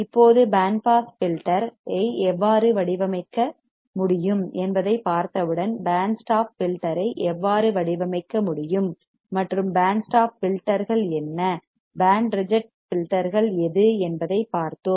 இப்போது band pass filter ஐ எவ்வாறு வடிவமைக்க முடியும் என்பதைப் பார்த்தவுடன் பேண்ட் ஸ்டாப் ஃபில்டர் ஐ எவ்வாறு வடிவமைக்க முடியும் மற்றும் பேண்ட் ஸ்டாப் ஃபில்டர்கள் என்ன பேண்ட் ரிஜெக்ட் ஃபில்டர்கள் எது என்பதைப் பார்ப்போம்